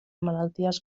malalties